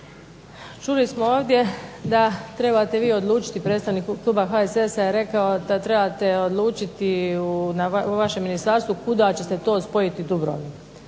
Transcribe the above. Čuli smo ovdje da trebate vi odlučiti predstavnik kluba HSS-a je rekao da trebate odlučiti u vašem ministarstvu kuda će se to spojiti Dubrovnik.